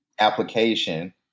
application